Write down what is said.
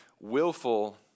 willful